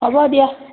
হ'ব দিয়া